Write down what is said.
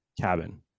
cabin